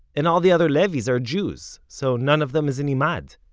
and all the other levys are jews, so none of them is an emad.